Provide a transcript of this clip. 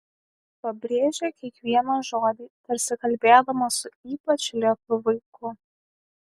pabrėžė kiekvieną žodį tarsi kalbėdama su ypač lėtu vaiku